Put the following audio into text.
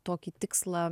tokį tikslą